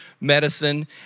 medicine